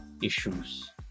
Issues